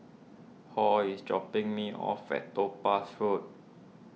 Hall is dropping me off at Topaz Road